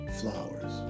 flowers